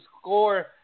score